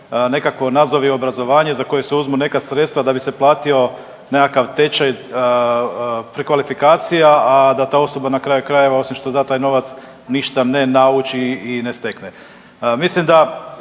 nekakvo nazovi obrazovanje za koje se uzmu neka sredstva da bi se platio nekakav tečaj prekvalifikacija, a da ta osoba na kraju krajeva osim što da taj novac ništa ne nauči i ne stekne. Mislim da